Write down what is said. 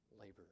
labor